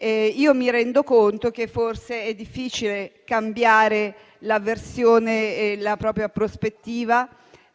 Mi rendo conto che forse è difficile cambiare la versione e la propria prospettiva;